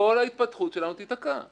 כל ההתפתחות שלנו תיתקע,